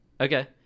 Okay